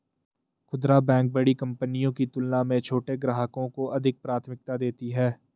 खूदरा बैंक बड़ी कंपनियों की तुलना में छोटे ग्राहकों को अधिक प्राथमिकता देती हैं